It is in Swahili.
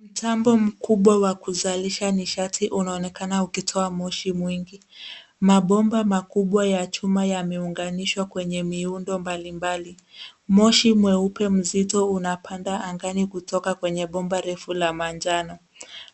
Mtambo mkubwa wa kuzalisha nishati unaonekana ukitoa moshi mwingi. Mabomba makubwa ya chuma yameunganishwa kwenye miundo mbalimbali. Moshi mweupe mzito unapanda angani kutoka kwenye bomba refu ya manjano.